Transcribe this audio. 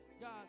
God